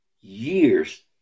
years